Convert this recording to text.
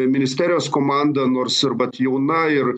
ministerijos komanda nors ir vat jauna ir